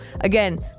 Again